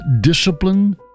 discipline